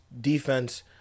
defense